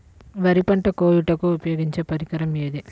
వరి పంట కోయుటకు ఉపయోగించే పరికరం ఏది?